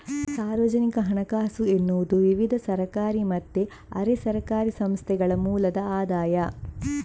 ಸಾರ್ವಜನಿಕ ಹಣಕಾಸು ಎನ್ನುವುದು ವಿವಿಧ ಸರ್ಕಾರಿ ಮತ್ತೆ ಅರೆ ಸರ್ಕಾರಿ ಸಂಸ್ಥೆಗಳ ಮೂಲದ ಆದಾಯ